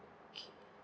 okay